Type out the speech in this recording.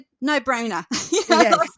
no-brainer